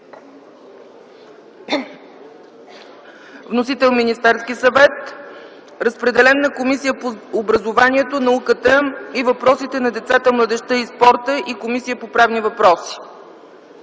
Проектът за решение е разпределен на Комисията по образованието, науката и въпросите на децата, младежта и спорта и Комисията по правни въпроси.